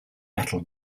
metal